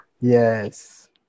Yes